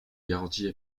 garanties